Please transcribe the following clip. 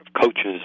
coaches